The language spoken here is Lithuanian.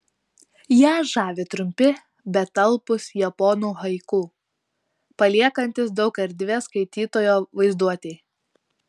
ją žavi trumpi bet talpūs japonų haiku paliekantys daug erdvės skaitytojo vaizduotei